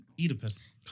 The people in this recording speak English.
Oedipus